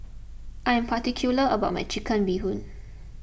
I am particular about my Chicken Bee Hoon